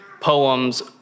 poems